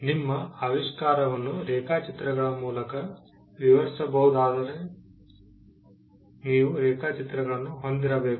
ನಿಮ್ಮ ಆವಿಷ್ಕಾರವನ್ನು ರೇಖಾಚಿತ್ರಗಳ ಮೂಲಕ ವಿವರಿಸಬಹುದಾದರೆ ನೀವು ರೇಖಾಚಿತ್ರಗಳನ್ನು ಹೊಂದಿರಬೇಕು